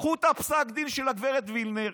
קחו את פסק הדין של הגב' וילנר.